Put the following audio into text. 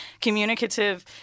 communicative